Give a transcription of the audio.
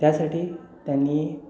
त्यासाठी त्यांनी